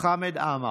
חמד עמאר.